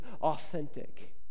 authentic